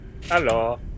Hello